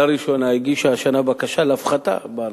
לראשונה הגישה השנה בקשה להפחתה בארנונה.